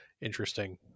interesting